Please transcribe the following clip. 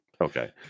Okay